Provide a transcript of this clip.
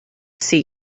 see